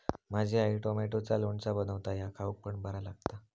माझी आई टॉमॅटोचा लोणचा बनवता ह्या खाउक पण बरा लागता